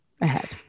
ahead